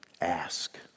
ask